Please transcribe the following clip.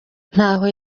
ntaho